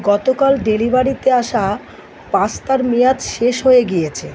গতকাল ডেলিভারিতে আসা পাস্তার মেয়াদ শেষ হয়ে গিয়েছে